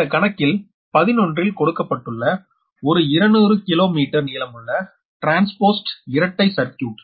இந்த கணக்கில் 11 ல் கொடுக்கப்பட்டுள்ள ஒரு 200 கிளேவ்மேட்டர் நீளமுள்ள ட்ரான்ஸ்போஸ்ட் இரட்டை சர்க்கியூட்